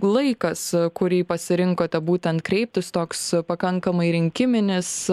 laikas kurį pasirinkote būtent kreiptis toks pakankamai rinkiminis